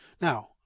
Now